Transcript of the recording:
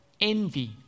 envy